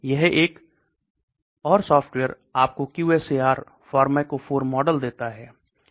यह एक और सॉफ्टवेयर आपको QSAR फार्माकोफोर मॉडल देता है